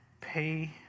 pay